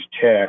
check